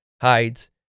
hides